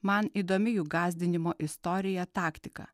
man įdomi jų gąsdinimo istorija taktika